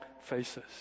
faces